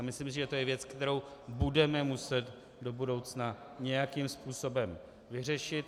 Myslím si, že to je věc, kterou budeme muset do budoucna nějakým způsobem vyřešit.